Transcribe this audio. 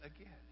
again